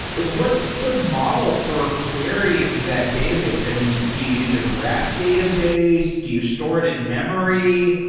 but what's the model for querying that database? i mean, do you use a graph database? do you store it in-memory?